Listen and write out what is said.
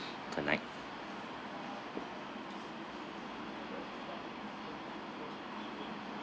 per night